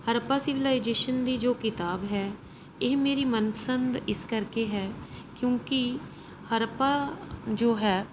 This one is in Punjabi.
ਹਰੱਪਾ ਸਿਵਿਲਾਈਜੇਸ਼ਨ ਦੀ ਜੋ ਕਿਤਾਬ ਹੈ ਇਹ ਮੇਰੀ ਮਨਪਸੰਦ ਇਸ ਕਰਕੇ ਹੈ ਕਿਉਂਕਿ ਹਰੱਪਾ ਜੋ ਹੈ